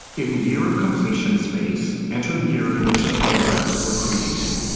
in the year of completion space, enter the year in which the photographs were created.